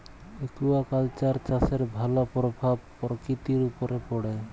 aquaculture চাষের ভালো পরভাব পরকিতির উপরে পড়ে